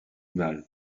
malles